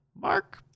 Mark